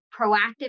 proactive